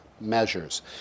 measures